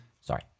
Sorry